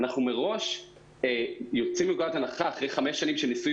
אנחנו מראש יוצאים מנקודת הנחה אחרי 5 שנים של ניסוי